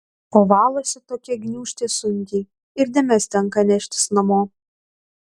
o valosi tokia gniūžtė sunkiai ir dėmes tenka neštis namo